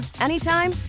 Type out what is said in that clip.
anytime